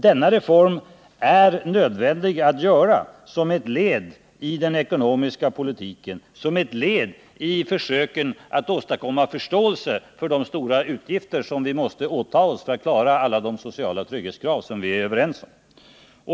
Denna reform är nödvändig som ett led i den ekonomiska politiken, som ett led i försöken att åstadkomma förståelse för de utgifter som vi måste åta oss för att klara alla de sociala trygghetskrav som vi är överens om.